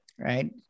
Right